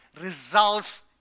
results